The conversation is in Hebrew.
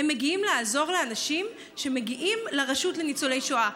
הם מגיעים לעזור לאנשים שמגיעים לרשות לניצולי שואה.